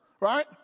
right